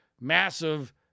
massive